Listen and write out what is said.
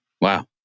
Wow